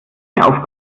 aufgabe